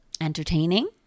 entertaining